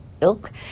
ilk